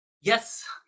Yes